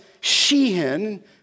Sheehan